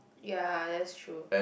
ya that's true